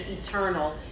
Eternal